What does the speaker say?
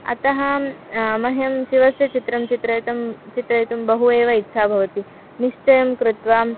अतः मह्यं शिवस्य चित्रं चित्रयितुं चित्रयितुं बहु एव इच्छा भवति निश्चयं कृत्वा